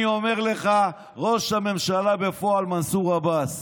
ישנו מיעוט קטן ושולי של רבנים שסבורים